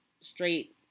straight